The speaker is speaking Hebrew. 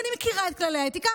כי אני מכירה את כללי האתיקה,